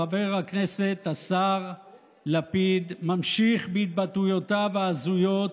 חבר הכנסת והשר לפיד ממשיך בהתבטאויותיו ההזויות,